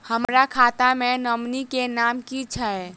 हम्मर खाता मे नॉमनी केँ नाम की छैय